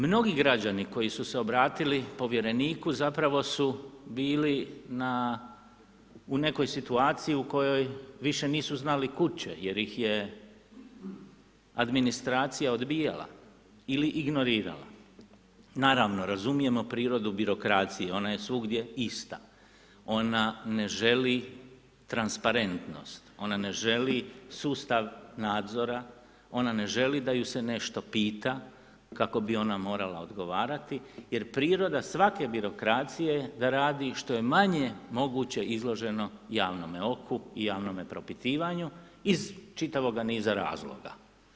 Mnogi građani koji su se obratili Povjereniku zapravo su bili na, u nekoj situaciji u kojoj višu nisu znali kud' će, jer ih je administracija odbijala ili ignorirala, naravno razumijemo prirodu birokracije, ona je svugdje ista, ona ne želi transparentnost, ona ne želi sustav nadzora, ona ne želi da ju se nešto pita kako bi ona morala odgovarati, jer priroda svake birokracije je da radi što je manje moguće izloženo javnome oku i javnome propitivanju iz čitavoga niza razloga.